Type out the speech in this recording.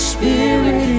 Spirit